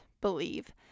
believe